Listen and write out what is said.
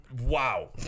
Wow